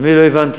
אני לא הבנתי,